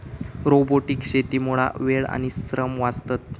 robotic शेतीमुळा वेळ आणि श्रम वाचतत